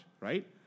right